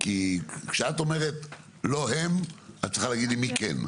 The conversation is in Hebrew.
כי כשאת אומרת לא הם, את צריכה להגיד לי מי כן.